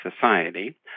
society